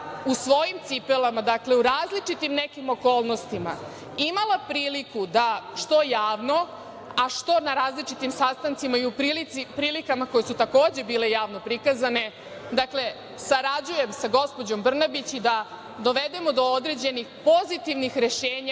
u svojim cipelama, dakle u različitim nekim okolnostima imala priliku da što javno, a što na različitim sastancima i u prilikama koje su takođe bile javno prikazane, dakle sarađujem sa gospođom Brnabić i da dovedemo do određenih pozitivnih rešenja